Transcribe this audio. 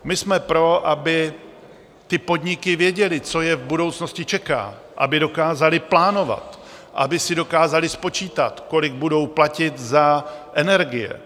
My jsme pro, aby ty podniky věděly, co je v budoucnosti čeká, aby dokázaly plánovat, aby si dokázaly spočítat, kolik budou platit za energie.